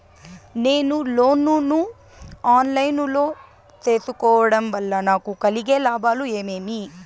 నేను లోను ను online లో సేసుకోవడం వల్ల నాకు కలిగే లాభాలు ఏమేమీ?